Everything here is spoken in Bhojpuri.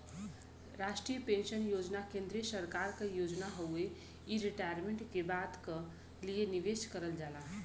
राष्ट्रीय पेंशन योजना केंद्रीय सरकार क योजना हउवे इ रिटायरमेंट के बाद क लिए निवेश करल जाला